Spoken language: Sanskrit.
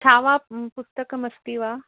खावाप् पुस्तकमस्ति वा